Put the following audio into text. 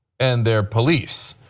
and they are police.